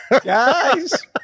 guys